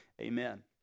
amen